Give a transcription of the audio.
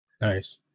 Nice